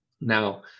Now